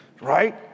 right